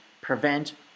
prevent